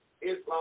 Islam